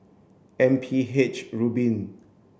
M P H Rubin